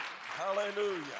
Hallelujah